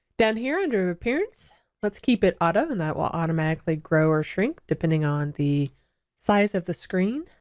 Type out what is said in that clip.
down here under appearance let's keep it auto and that will automatically grow or shrink depending on the size of the screen.